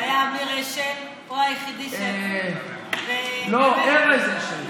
והיה אמיר אשל, הוא היחיד, לא, ארז אשל.